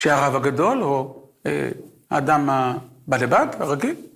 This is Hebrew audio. ‫שהרב הגדול הוא האדם הבא לבד, הרגיל.